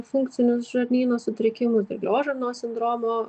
funkcinius žarnyno sutrikimų dirglios žarnos sindromo